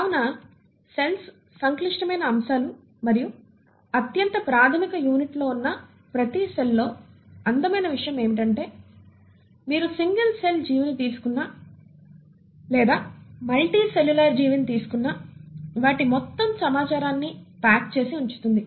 కావున సెల్స్ సంక్లిష్టమైన అంశాలు మరియు అత్యంత ప్రాథమిక యూనిట్ లో ఉన్న ప్రతి సెల్ లో అందమైన విషయం ఏమిటంటే మీరు సింగల్ సెల్ జీవిని తీసుకున్నా లేదా మల్టి సెల్యులార్ జీవిని తీసుకున్నా వాటి మొత్తం సమాచారాన్ని ప్యాక్ చేసి ఉంచుతుంది